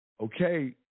Okay